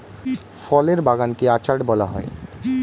ফলের বাগান কে অর্চার্ড বলা হয়